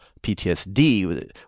PTSD